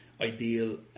ideal